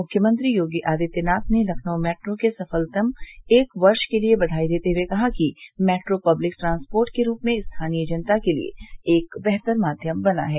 मुख्यमंत्री योगी आदित्यनाथ ने लखनऊ मेट्रो के सफलतम एक वर्ष के लिए बघाई देते हुए कहा कि मेट्रो पब्लिक ट्रांसपोर्ट के रूप में स्थानीय जनता के लिए एक बेहतर माध्यम बना है